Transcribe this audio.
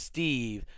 Steve